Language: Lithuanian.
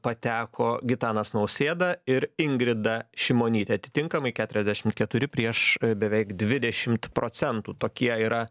pateko gitanas nausėda ir ingrida šimonytė atitinkamai keturiasdešim keturi prieš beveik dvidešimt procentų tokie yra